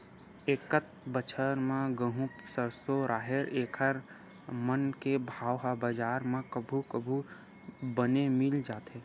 एकत बछर म गहूँ, सरसो, राहेर एखर मन के भाव ह बजार म कभू कभू बने मिल जाथे